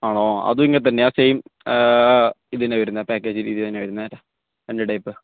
ആണോ അതും ഇങ്ങനെ തന്നെയാ സെയിം ഇതുതന്നെയാ വരുന്നത് പാക്കേജിൽ ഇതുതന്നെയാണ് വരുന്നത് രണ്ട് ടൈപ്പ്